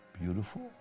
beautiful